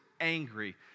angry